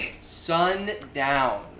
Sundown